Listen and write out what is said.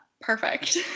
Perfect